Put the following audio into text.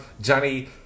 Johnny